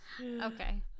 Okay